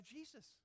Jesus